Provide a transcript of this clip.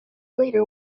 later